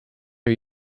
are